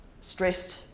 Stressed